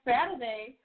Saturday